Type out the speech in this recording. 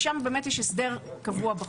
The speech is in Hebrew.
ושם באמת יש הסדר קבוע בחוק.